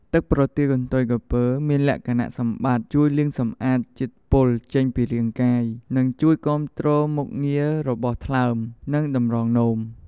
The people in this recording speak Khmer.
ទឹកប្រទាលកន្ទុយក្រពើមានលក្ខណៈសម្បត្តិជួយលាងសម្អាតជាតិពុលចេញពីរាងកាយ និងជួយគាំទ្រមុខងាររបស់ថ្លើម និងតម្រងនោម។